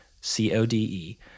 C-O-D-E